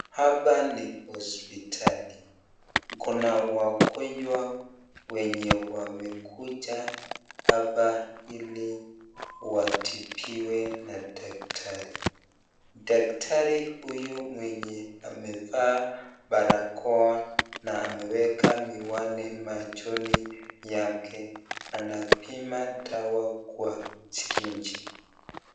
Hapa ni hospitali ,kuna wagonjwa wenye wamekuja hapa ili watibiwe na daktari, daktari huyu mwenye amevaa barakoa na ameweka miwani machoni yake anapima dawa kwa sireji.